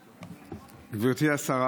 תודה, תודה גברתי השרה.